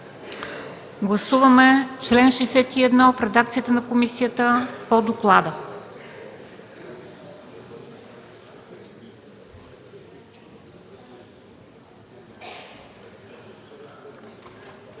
Гласуваме чл. 62 в редакцията на комисията по доклада.